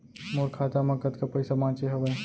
मोर खाता मा कतका पइसा बांचे हवय?